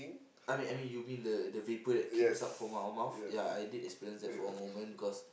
I mean I mean you mean the the vapor that came out from our mouth ya I did experience that for a moment because